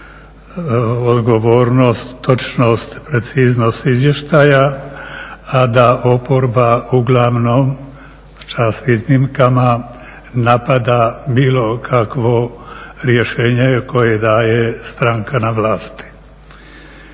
odgovornost, točnost, preciznost izvještaja da oporba uglavnom čast iznimkama napada bilo kakvo rješenje koje daje stranka na vlasti.